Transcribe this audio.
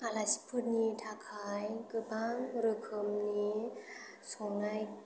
आलासिफोरनि थाखाय गोबां रोखोमनि संनाय